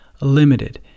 limited